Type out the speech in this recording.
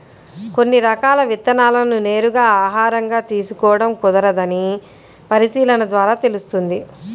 కొన్ని రకాల విత్తనాలను నేరుగా ఆహారంగా తీసుకోడం కుదరదని పరిశీలన ద్వారా తెలుస్తుంది